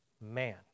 Man